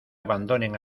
abandonen